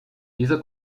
dieser